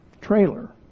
trailer